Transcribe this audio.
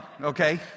okay